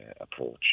approach